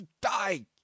die